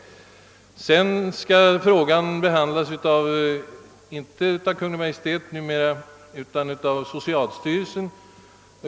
Frågan skall alltså sedan behandlas i högre instans, numer f. ö. inte av Kungl. Maj:t utan av socialstyrelsen.